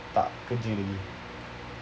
tak kerja